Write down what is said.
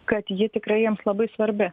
kad ji tikrai jiems labai svarbi